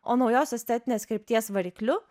o naujosios tetninės krypties varikliu